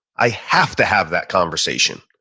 i have to have that conversation.